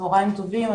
צוהריים טובים.